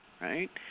right